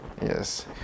yes